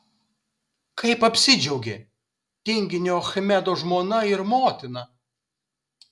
kaip apsidžiaugė tinginio achmedo žmona ir motina